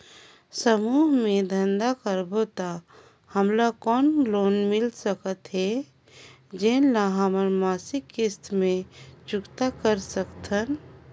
समूह मे धंधा करबो त हमन ल कौन लोन मिल सकत हे, जेन ल हमन मासिक किस्त मे चुकता कर सकथन?